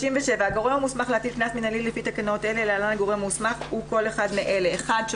הגורם המוסמך להטלת קנס מינהלי הגורם המוסמך להטיל קנס מינהלי